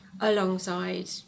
alongside